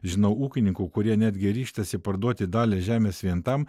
žinau ūkininkų kurie netgi ryžtasi parduoti dalį žemės vien tam